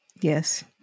Yes